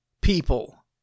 people